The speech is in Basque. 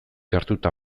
hartuta